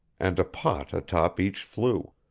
and a pot atop each flue.